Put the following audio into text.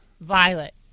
violet